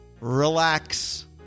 relax